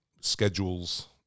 schedules